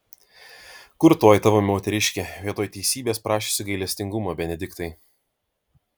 kur toji tavo moteriškė vietoj teisybės prašiusi gailestingumo benediktai